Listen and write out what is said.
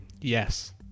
Yes